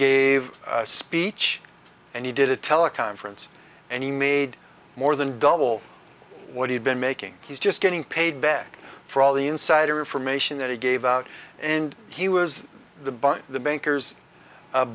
gave a speech and he did a teleconference and he made more than double what he'd been making he's just getting paid back for all the insider information that he gave out and he was the by the bankers